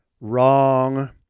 Wrong